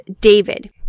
David